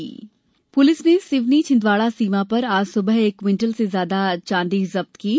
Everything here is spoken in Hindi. हथियार जब्त पुलिस ने सिवनी छिंदवाड़ा सीमा पर आज सुबह एक क्विंटल से ज्यादा चाँदी जब्त की है